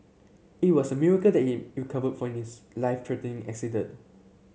it was a miracle that he recovered from his life threatening accident